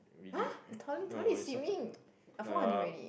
we did no it started uh